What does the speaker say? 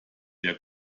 der